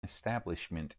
establishment